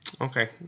Okay